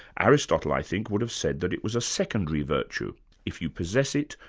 aristotle, i think, would have said that it was a secondary virtue if you possess it,